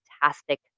fantastic